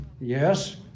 yes